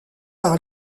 par